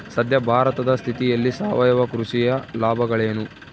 ಸದ್ಯ ಭಾರತದ ಸ್ಥಿತಿಯಲ್ಲಿ ಸಾವಯವ ಕೃಷಿಯ ಲಾಭಗಳೇನು?